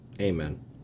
Amen